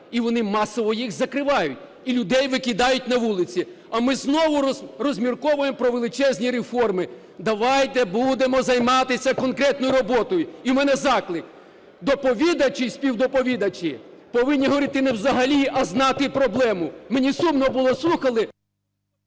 і вони масово їх закривають і людей викидають на вулиці. А ми знову розмірковуємо про величезні реформи. Давайте будемо займатися конкретною роботою! І в мене заклик: доповідачі і співдоповідачі повинні говорити не взагалі, а знати проблему. Мені сумно було слухати…